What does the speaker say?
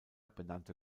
benannte